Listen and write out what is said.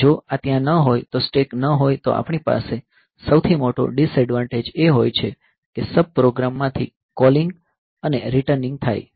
જો આ ત્યાં ન હોય તો સ્ટેક ન હોય તો આપણી પાસે સૌથી મોટો ડીસએડવાંટેજ એ હોય છે કે સબ પ્રોગ્રામમાંથી કોલિંગ અને રિટર્નિંગ થાય છે